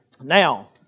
Now